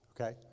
okay